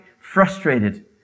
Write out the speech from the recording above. frustrated